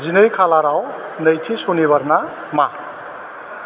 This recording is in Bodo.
जिनै खालिराव नैथि शनिबार ना मा